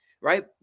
right